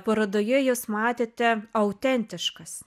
parodoje jūs matėte autentiškas